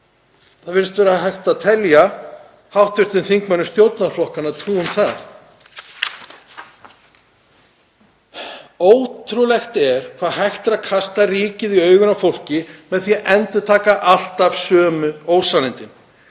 það virðist vera hægt að telja hv. þingmönnum stjórnarflokkanna trú um það. Ótrúlegt er hvað hægt er að kasta ryki í augun á fólki með því að endurtaka alltaf sömu ósannindin: